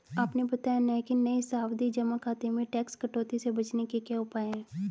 आपने बताया नहीं कि नये सावधि जमा खाते में टैक्स कटौती से बचने के क्या उपाय है?